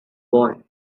boy